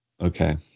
Okay